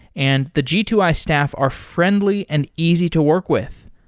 and the g two i staff are friendly and easy to work with.